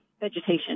vegetation